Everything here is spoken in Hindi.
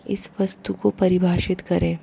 इस वस्तु को परिभाषित करे